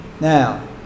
Now